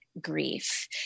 grief